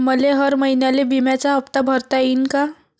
मले हर महिन्याले बिम्याचा हप्ता भरता येईन का?